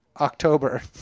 October